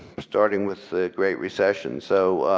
starting with the great recession. so